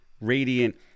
radiant